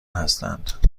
هستند